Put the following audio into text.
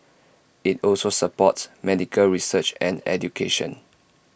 IT also supports medical research and education